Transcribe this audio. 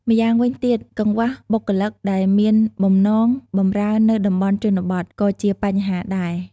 ម្យ៉ាងវិញទៀត កង្វះបុគ្គលិកដែលមានបំណងបម្រើនៅតំបន់ជនបទ ក៏ជាបញ្ហាដែរ។